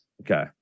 Okay